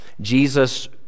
Jesus